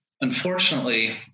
unfortunately